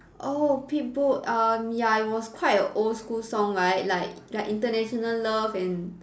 oh Pitbull um ya it was quite a old school song right like like international love and